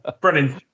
Brennan